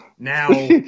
Now